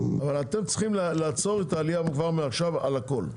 אבל אתם צריכים לעצור את העלייה כבר מעכשיו על הכול,